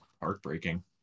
heartbreaking